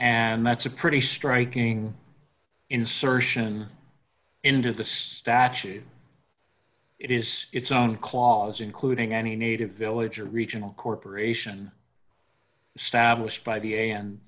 and that's a pretty striking insertion into the statute it is its own clause including any native village or regional corporation stablished by the